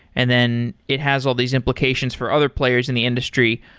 and then it has all these implications for other players in the industry,